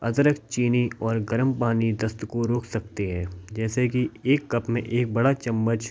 अदरक चीनी और गर्म पानी दस्त को रोक सकते हैं जैसे कि एक कप मे एक बाद चम्मच